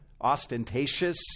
ostentatious